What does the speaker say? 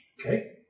Okay